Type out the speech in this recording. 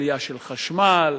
עלייה של מחירי החשמל,